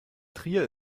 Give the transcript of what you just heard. trier